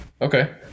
Okay